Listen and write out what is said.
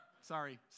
Sorry